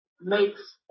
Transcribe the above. makes